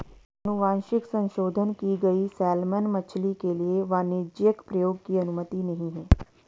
अनुवांशिक संशोधन की गई सैलमन मछली के लिए वाणिज्यिक प्रयोग की अनुमति नहीं है